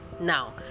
now